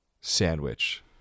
sandwich